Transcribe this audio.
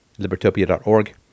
libertopia.org